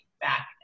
back